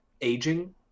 aging